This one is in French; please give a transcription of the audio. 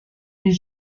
des